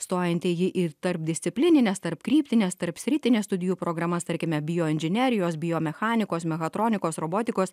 stojantieji į tarpdisciplinines tarpkryptines tarpsritines studijų programas tarkime bioinžinerijos biomechanikos mechatronikos robotikos